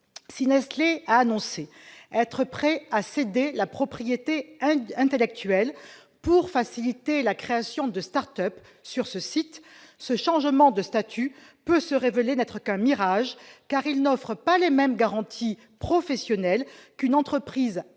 Si Nestlé a annoncé être prêt à céder la propriété intellectuelle pour faciliter la création de start-up sur le site, ce changement de statut peut se réduire à un mirage : il n'offre pas les mêmes garanties professionnelles qu'une entreprise internationale,